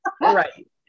Right